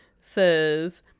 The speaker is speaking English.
says